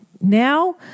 now